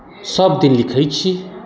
सभदिन लिखैत छी